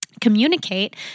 communicate